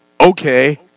okay